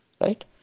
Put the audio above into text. right